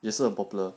也是 unpopular